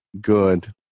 good